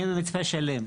אני במצפה שלם,